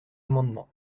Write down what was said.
amendement